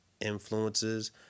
influences